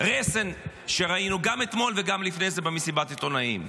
הרסן שראינו גם אתמול וגם לפני זה במסיבת עיתונאים.